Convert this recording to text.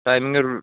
timing